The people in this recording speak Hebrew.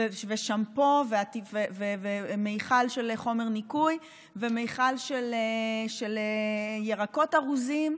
שמפו, מכל של חומר ניקוי ומכל של ירקות ארוזים.